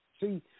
see